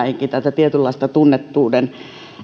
eteenkinpäin tälle tietynlaiselle tunnettuuden